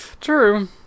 True